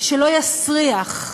שלא יסריח.